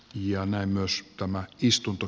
ja näin myös tämän istunto